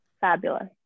fabulous